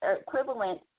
Equivalent